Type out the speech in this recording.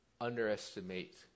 underestimate